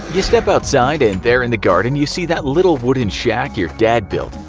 you step outside, and there in the garden you see that little wooden shack your dad built.